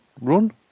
run